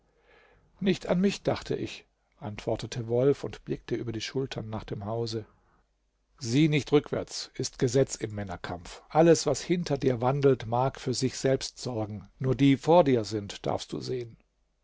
nicht an mich dachte ich antwortete wolf und blickte über die schultern nach dem hause sieh nicht rückwärts ist gesetz im männerkampf alles was hinter dir wandelt mag für sich selbst sorgen nur die vor dir sind darfst du sehen